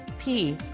p,